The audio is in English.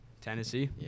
Tennessee